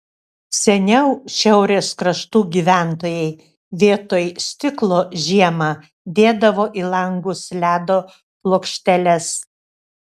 seniau šiaurės kraštų gyventojai vietoj stiklo žiemą dėdavo į langus ledo plokšteles